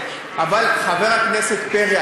חבר הכנסת פרי,